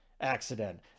accident